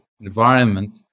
environment